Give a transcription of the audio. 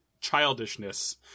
childishness